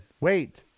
Wait